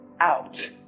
out